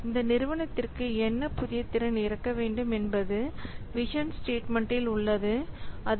இந்த நிறுவனத்திற்கு என்ன புதிய திறன் இருக்க வேண்டும் என்பது விஷன் ஸ்டேட்மெண்டில் உள்ளது அதே